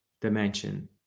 dimension